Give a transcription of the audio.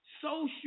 Social